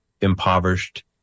impoverished